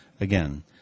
Again